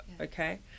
okay